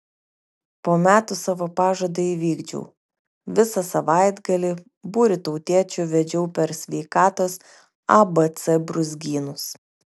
po metų savo pažadą įvykdžiau visą savaitgalį būrį tautiečių vedžiau per sveikatos abc brūzgynus